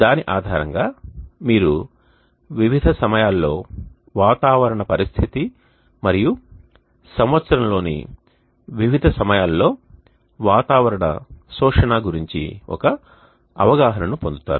దాని ఆధారంగా మీరు వివిధ సమయాల్లో వాతావరణ పరిస్థితి మరియు సంవత్సరంలోని వివిధ సమయాలలో వాతావరణ శోషణ గురించి ఒక అవగాహన ను పొందుతారు